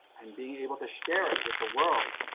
and being able to share it with the world.